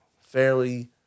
fairly